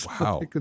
Wow